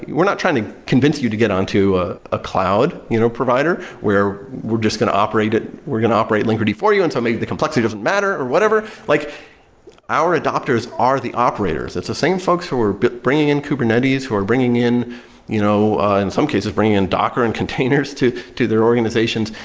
we're not trying to convince you to get onto a ah cloud you know provider, where we're just going to operate at we're going to operate linkerd for you and some of the complexity doesn't matter, or whatever like our adopters are the operators. it's the same folks who were bringing in kubernetes, who are bringing in you know ah in some cases, bringing in docker and containers to to their organizations.